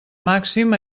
màxim